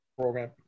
program